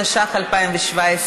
התשע"ח 2017,